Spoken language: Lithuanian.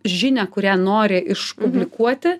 žinią kurią nori išpublikuoti